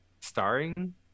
starring